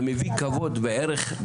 זה מביא כבוד וערך,